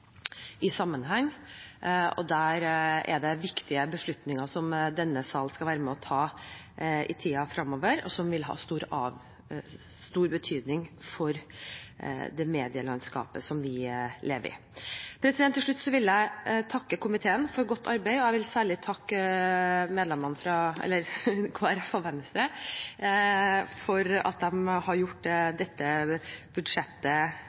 som vil ha stor betydning for det medielandskapet vi lever i. Til slutt vil jeg takke komiteen for godt arbeid, og jeg vil særlig takke Kristelig Folkeparti og Venstre for at de har gjort dette budsjettet